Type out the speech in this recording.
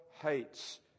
hates